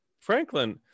franklin